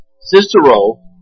Cicero